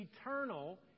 eternal